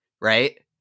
right